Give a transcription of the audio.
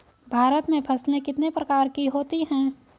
भारत में फसलें कितने प्रकार की होती हैं?